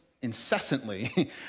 incessantly